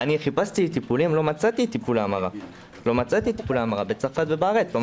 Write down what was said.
חיפשתי טיפולים ולא מצאתי טיפולי המרה בצרפת ובארץ.